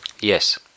Yes